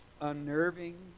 unnerving